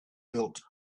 built